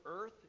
earth